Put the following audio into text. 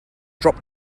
drop